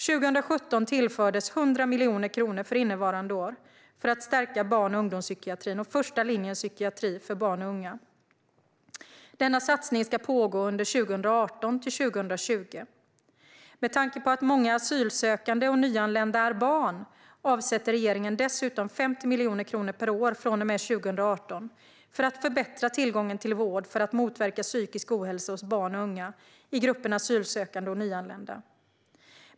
Under 2017 tillfördes 100 miljoner kronor för innevarande år för att förstärka barn och ungdomspsykiatrin och första linjens psykiatri för barn och unga. Denna satsning ska pågå under 2018-2020. Med tanke på att många asylsökande och nyanlända är barn avsätter regeringen dessutom 50 miljoner kronor per år från och med 2018 för att förbättra tillgången till vård för att motverka psykisk ohälsa hos barn och unga i gruppen asylsökande och nyanlända.